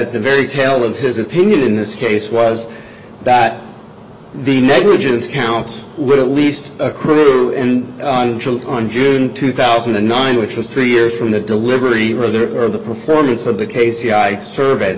at the very tail of his opinion in this case was that the negligence counts would at least accrue and on june two thousand and nine which was three years from the delivery room there for the performance of the k c i survey